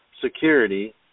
security